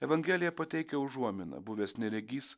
evangelija pateikia užuominą buvęs neregys